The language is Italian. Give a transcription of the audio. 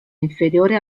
inferiore